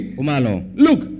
Look